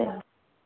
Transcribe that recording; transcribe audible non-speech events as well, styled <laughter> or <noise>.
<unintelligible>